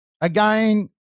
again